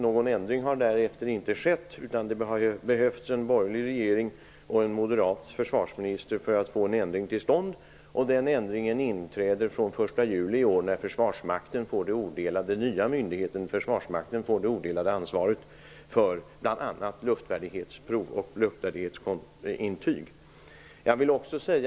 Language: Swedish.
Någon ändring har därefter inte skett, utan det har behövts en borgerlig regering och en moderat försvarsminister för att få en ändring till stånd. Den ändringen inträder från den 1 juli i år då den nya myndigheten Försvarsmakten får det odelade ansvaret för bl.a. luftvärdighetsprov och luftvärdighetsintyg.